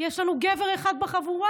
יש לנו גבר אחד בחבורה,